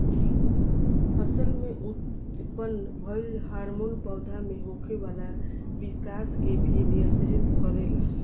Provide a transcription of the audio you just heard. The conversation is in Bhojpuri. फसल में उत्पन्न भइल हार्मोन पौधा में होखे वाला विकाश के भी नियंत्रित करेला